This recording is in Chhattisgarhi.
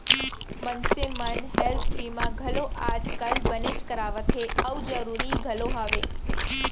मनसे मन हेल्थ बीमा घलौ आज काल बनेच करवात हें अउ जरूरी घलौ हवय